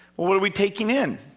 well what are we taking in?